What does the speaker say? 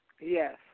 Yes